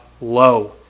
low